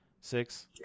Six